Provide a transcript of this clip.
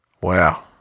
Wow